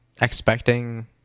expecting